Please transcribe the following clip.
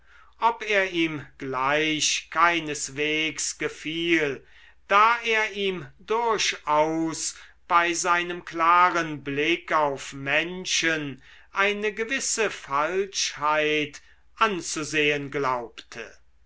ob er ihm gleich keineswegs gefiel da er ihm durchaus bei seinem klaren blick auf menschen eine gewisse falschheit anzusehen glaubte